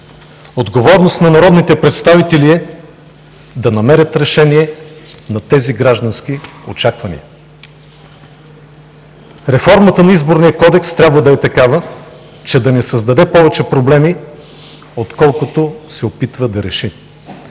Отговорност на народните представители е да намерят решение на тези граждански очаквания. Реформата на Изборния кодекс трябва да е такава, че да не създаде повече проблеми, отколкото се опитва да реши,